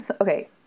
Okay